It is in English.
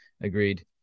Agreed